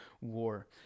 war